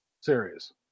series